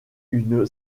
une